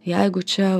jeigu čia